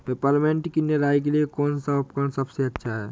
Peppermint की निराई के लिए कौन सा उपकरण सबसे अच्छा है?